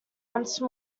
once